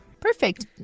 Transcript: Perfect